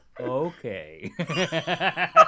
Okay